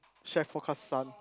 chef forecast sun